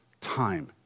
time